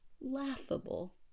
laughable